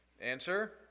Answer